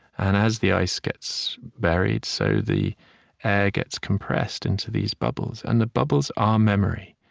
and as the ice gets buried, so the air gets compressed into these bubbles. and the bubbles are memory.